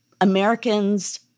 Americans